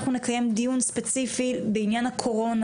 אנחנו נקיים דיון ספציפי בעניין הקורונה